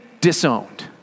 disowned